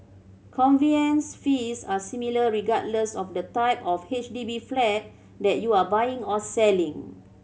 conveyance fees are similar regardless of the type of H D B flat that you are buying or selling